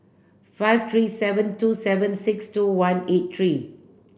five three seven two seven six two one eight three